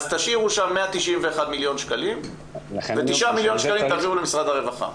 תשאירו שם 191 מלש"ח ו-9 מלש"ח תעבירו למשרד הרווחה.